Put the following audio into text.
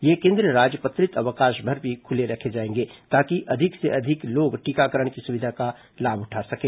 ये केंद्र राजपत्रित अवकाश पर भी खुले रखे जाएंगे ताकि अधिक से अधिक लोग टीकाकरण की सुविधा का लाभ उठा सकें